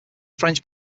french